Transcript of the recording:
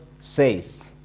says